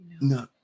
No